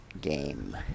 game